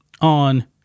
on